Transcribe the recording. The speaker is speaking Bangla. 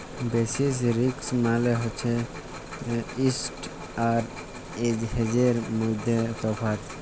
বেসিস রিস্ক মালে হছে ইস্প্ট আর হেজের মইধ্যে তফাৎ